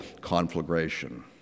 conflagration